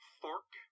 fork